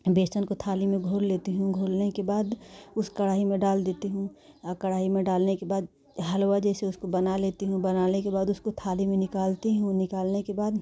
बेसन को थाली में घोल लेती हूँ घोलने के बाद उस कढ़ाई में डाल देती हूँ और कढ़ाई में डालने के बाद हलवा जैसे उसको बना लेती हूँ बनाने के बाद उसको थाली में निकालती हूँ निकालने के बाद